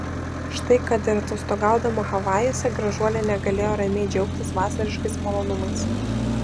štai kad ir atostogaudama havajuose gražuolė negalėjo ramiai džiaugtis vasariškais malonumais